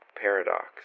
Paradox